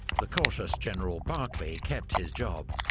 the cautious general barclay kept his job,